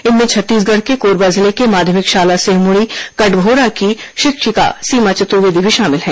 इनमें छत्तीसगढ़ के कोरबा जिले के माध्यमिक शाला सिहमुडी कटघोरा की शिक्षक सीमा चतुर्वेदी भी शामिल हैं